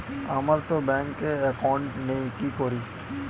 আমারতো ব্যাংকে একাউন্ট নেই কি করি?